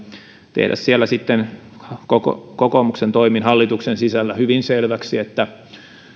tehdä siellä sitten kokoomuksen toimin hallituksen sisällä hyvin selväksi että